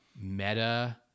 meta